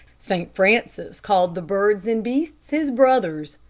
st. francis called the birds and beasts his brothers.